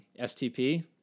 STP